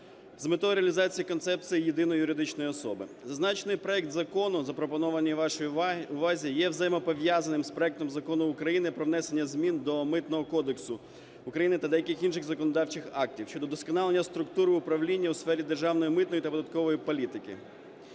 з метою реалізації концепції єдиної юридичної особи. Зазначений проект закону, запропонований вашій увазі, є взаємопов'язаним з проектом Закону України про внесення змін до Митного кодексу України та деяких інших законодавчих актів щодо вдосконалення структури управління у сфері державної, митної та податкової політики,